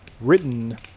written